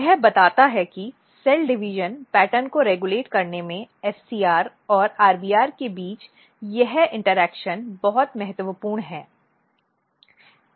यह बताता है कि सेल डिवीजन पैटर्न को रेगुलेट करने में SCR और RBR के बीच यह इंटरेक्शन बहुत महत्वपूर्ण है